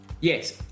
Yes